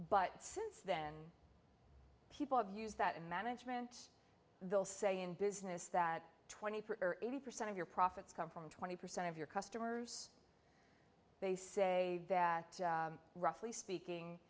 but since then people have used that in management they'll say in business that twenty eighty percent of your profits come from twenty percent of your customers they say that roughly speaking